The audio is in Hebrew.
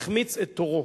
החמיץ את תורו.